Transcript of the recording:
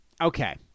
Okay